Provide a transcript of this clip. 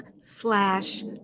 slash